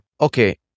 Okay